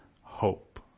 hope